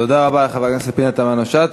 תודה רבה לחברת הכנסת פנינה תמנו-שטה.